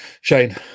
Shane